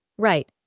Right